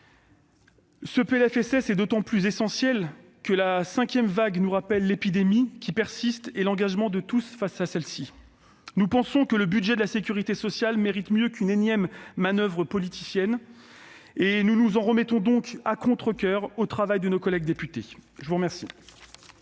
ce PLFSS est d'autant plus essentiel que la cinquième vague nous rappelle l'épidémie qui persiste et l'engagement de tous face à celle-ci. Nous pensons que le budget de la sécurité sociale mérite mieux qu'une énième manoeuvre politicienne, mais nous devons nous en remettre, à contrecoeur, au travail de nos collègues députés ... Madame